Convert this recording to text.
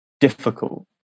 difficult